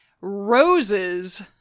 Roses